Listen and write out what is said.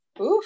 Oof